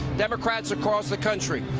democrats across the country,